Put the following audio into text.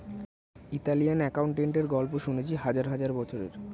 Italian অ্যাকাউন্টেন্টের গল্প শুনেছি হাজার হাজার বছরের